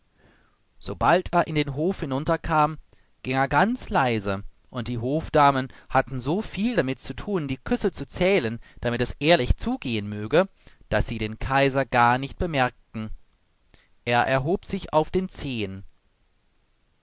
sobald er in den hof hinunter kam ging er ganz leise und die hofdamen hatten so viel damit zu thun die küsse zu zählen damit es ehrlich zugehen möge daß sie den kaiser gar nicht bemerkten er erhob sich auf den zehen